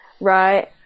right